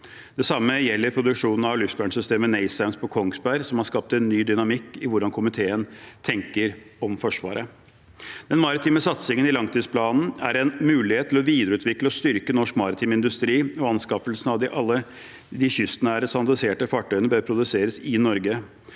Det samme gjelder produksjonen av luftvernsystemet NASAMS på Kongsberg, som har skapt en ny dynamikk i hvordan komiteen tenker om Forsvaret. Den maritime satsingen i langtidsplanen er en mulighet til å videreutvikle og styrke norsk maritim industri og anskaffelsen av alle de kystnære, standardiserte fartøyene, som bør produseres i Norge.